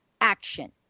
action